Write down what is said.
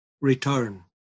return